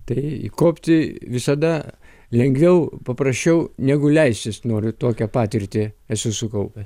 tai įkopti visada lengviau paprasčiau negu leistis noriu tokią patirtį esu sukaupęs